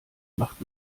macht